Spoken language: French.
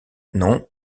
nom